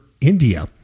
India